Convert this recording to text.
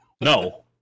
No